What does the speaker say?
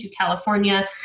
California